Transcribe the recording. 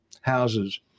houses